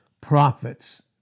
prophets